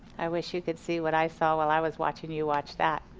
i wish you could see what i saw while i was watching you watch that.